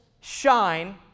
shine